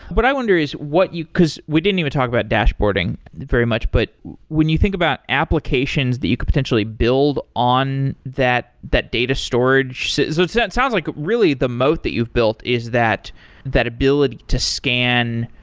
but i wonder is what you because we didn't even talk about dashboarding very much, but when you think about applications that you could potentially build on that that data storage so that sounds like really the mote that you've built is that that ability to scan,